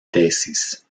tesis